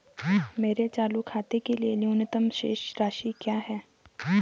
मेरे चालू खाते के लिए न्यूनतम शेष राशि क्या है?